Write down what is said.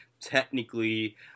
technically